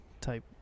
type